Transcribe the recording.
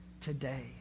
today